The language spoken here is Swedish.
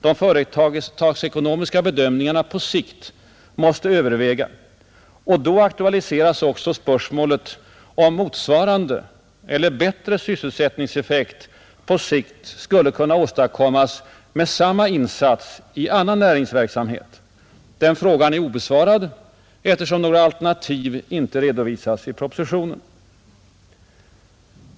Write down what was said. De företagsekonomiska bedömningarna på sikt måste överväga, och då aktualiseras också spörsmålet, om motsvarande eller bättre sysselsättningseffekt på sikt skulle kunna åstadkommas med samma insats i annan näringsverksamhet. Den frågan är obesvarad, eftersom några alternativ inte redovisas i propositionen.